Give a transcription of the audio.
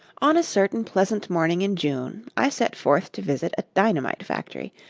on a certain pleasant morning in june, i set forth to visit a dynamite-factory,